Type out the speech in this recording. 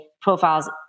profiles